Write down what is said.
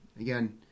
again